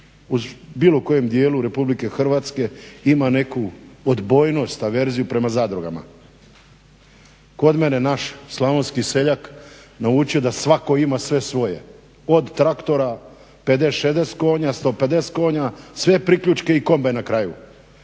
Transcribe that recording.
u bilo kojem dijelu Republike Hrvatske ima neku odbojnost, averziju prema zadrugama. Kod mene naš slavonski seljak naučio da svako ima sve svoje, od traktora, 50, 60, 150 konja, sve priključke i kombajn na kraju,